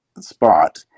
spot